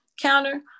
counter